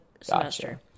semester